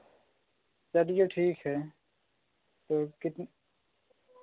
चलिए ठीक है तो कितने